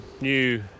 new